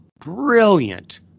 brilliant